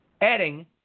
adding